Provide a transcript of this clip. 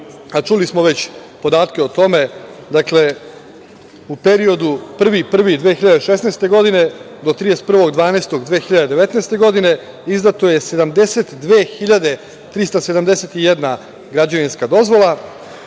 a čuli smo već podatke o tome. Dakle, u periodu od 1.1.2016. godine do 31.12.2019. godine izdato je 72.371 građevinska dozvola.